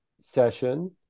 session